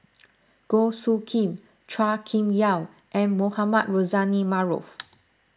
Goh Soo Khim Chua Kim Yeow and Mohamed Rozani Maarof